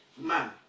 man